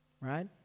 right